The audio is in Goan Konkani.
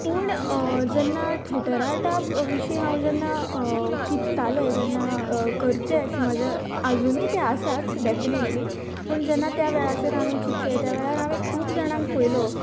पूण जेन्ना थिएटर आर्टा विशीं हांव जेन्ना चिंत्ताले जेन्ना करचेच म्हजे आजूनी ते आसाच डेफिनेटली पूण जेन्ना त्या वेळाचेर हांवे चिंतलें त्या वेळार हांवे खूब जाणांक पयलो